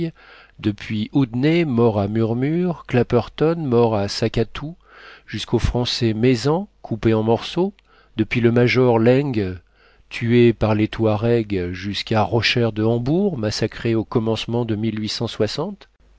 depuis oudney mort à murmur clapperton mort à sackatou jusqu'au français maizan coupé en morceaux depuis le major laing tué par les touaregs jusqu'à roscher de hambourg massacré au commencement de